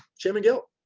shame and guilt.